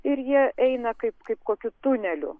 ir jie eina kaip kaip kokiu tuneliu